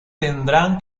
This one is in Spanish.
tendrán